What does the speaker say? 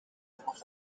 kuba